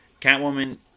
Catwoman